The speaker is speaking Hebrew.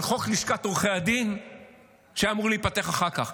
על חוק לשכת עורכי הדין שהיה אמור להיפתח אחר כך.